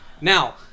now